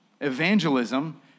Evangelism